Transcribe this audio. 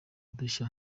udushya